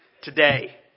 Today